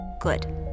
Good